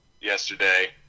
yesterday